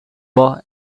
boy